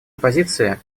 оппозиции